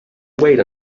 wait